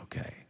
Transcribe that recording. okay